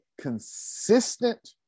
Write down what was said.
consistent